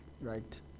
right